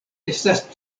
estas